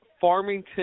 Farmington